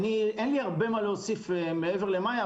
אין לי הרבה מה להוסיף מעבר למיה,